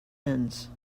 ends